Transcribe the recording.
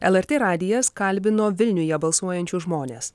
lrt radijas kalbino vilniuje balsuojančius žmones